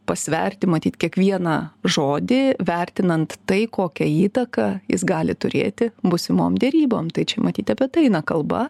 pasverti matyt kiekvieną žodį vertinant tai kokią įtaką jis gali turėti būsimom derybom tai čia matyt apie tai eina kalba